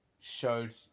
showed